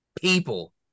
people